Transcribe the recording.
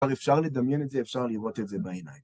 כלומראפשר לדמיין את זה, אפשר לראות את זה בעיניים.